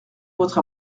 votre